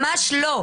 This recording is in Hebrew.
ממש לא.